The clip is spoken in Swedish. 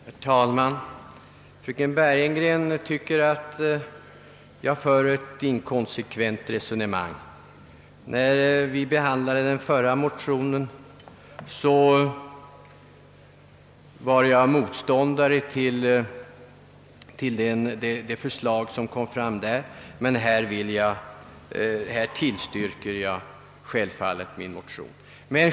Herr talman! Fröken Bergegren tycker att jag för ett inkonsekvent resonemang. Vid behandlingen av föregående ärende ställde jag mig avvisande till motionsyrkandet, i den nu aktuella frågan tillstyrker jag min motion.